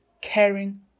Caring